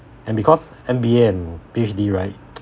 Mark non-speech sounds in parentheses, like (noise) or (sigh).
and because M_B_A and P_H_D right (noise)